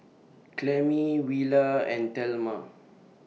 Clemie Willa and Thelma